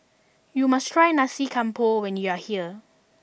you must try Nasi Campur when you are here